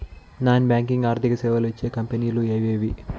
Non banking ఆర్థిక సేవలు ఇచ్చే కంపెని లు ఎవేవి?